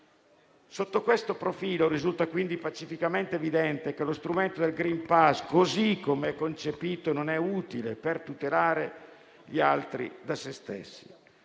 Sotto questo profilo risulta quindi pacificamente evidente che lo strumento del *green* *pass*, così come concepito, non è utile per tutelare gli altri da se stessi.